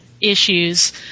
Issues